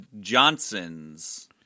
Johnson's